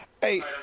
Hey